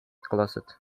closet